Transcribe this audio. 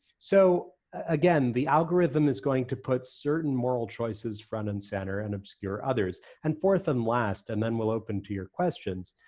so again, the algorithm is going to put certain moral choices front and center and obscure others. and fourth and last, and then we'll open to your questions,